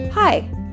Hi